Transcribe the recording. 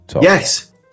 Yes